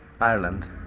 Ireland